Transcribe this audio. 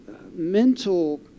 mental